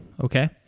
Okay